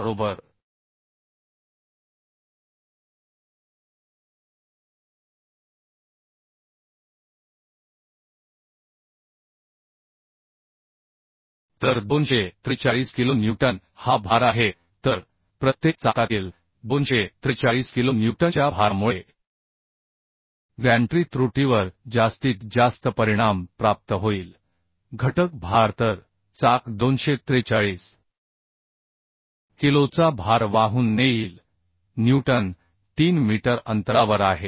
बरोबर तर 243 kilo newton हा भार आहे तर प्रत्येक चाकातील 243 किलो न्यूटनच्या भारामुळे गॅन्ट्री त्रुटीवर जास्तीत जास्त परिणाम प्राप्त होईल घटक भार तर चाक 243 किलोचा भार वाहून नेईल न्यूटन 3 मीटर अंतरावर आहे